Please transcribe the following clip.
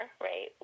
right